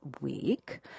week